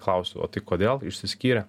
klausiu o tai kodėl išsiskyrė